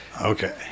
Okay